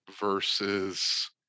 versus